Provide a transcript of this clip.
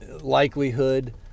likelihood